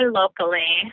locally